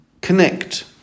connect